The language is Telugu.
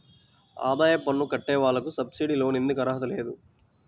ఆదాయ పన్ను కట్టే వాళ్లకు సబ్సిడీ లోన్ ఎందుకు అర్హత లేదు?